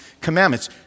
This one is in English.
commandments